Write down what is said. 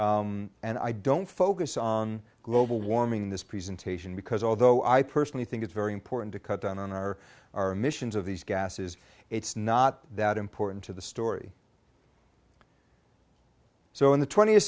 and i don't focus on global warming this presentation because although i personally think it's very important to cut down on our our emissions of these gases it's not that important to the story so in the twentieth